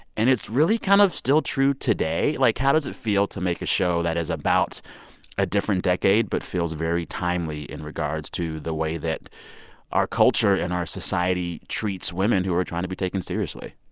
and it's really kind of still true today. like, how does it feel to make a show that is about a different decade but feels very timely in regards to the way that our culture and our society treats women who are trying to be taken seriously?